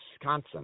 Wisconsin